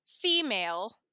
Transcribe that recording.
Female